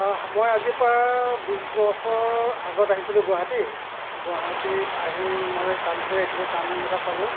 মই আজিৰপৰা বিছ বছৰ আগত আহিছিলো গুৱাহাটী গুৱাহাটীত আহি মই কাম বিচাৰি আহিছিলোঁ কাম এটা পালোঁ